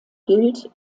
gilt